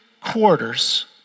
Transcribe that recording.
quarters